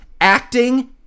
acting